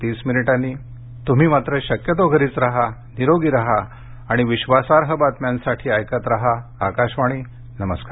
तुम्ही मात्र शक्यतो घरीच राहा निरोगी राहा आणि विश्वासार्ह बातम्यांसाठी ऐकत राहा आकाशवाणी नमस्कार